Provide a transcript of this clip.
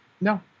No